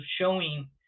showing